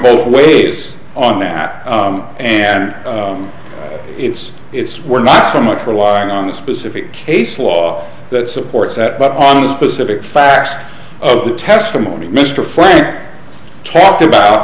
both ways on that and it's it's we're not so much for wiring on the specific case law that supports that but on the specific facts of the testimony mr frank talked about